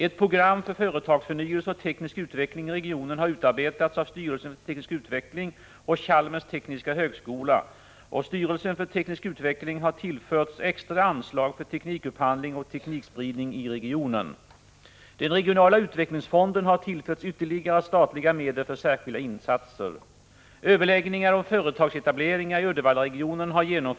Ett program för företagsförnyelse och teknisk utveckling i regionen har utarbetats av styrelsen för teknisk utveckling och Chalmers tekniska högskola, och styrelsen för teknisk utveckling har tillförts extra anslag för teknikupphandling och teknikspridning i regionen. Den regionala utvecklingsfonden har tillförts ytterligare statliga medel för — Prot. 1985/86:27 särskilda insatser. 14 november 1985 2 Överläggningar om företagsetableringar i Uddevallaregionen har genom Öm duts ko Uddivälla.